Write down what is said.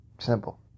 simple